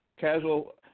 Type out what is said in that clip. casual –